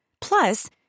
Plus